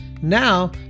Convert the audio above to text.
Now